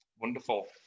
Wonderful